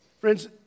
Friends